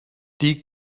die